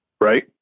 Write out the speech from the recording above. right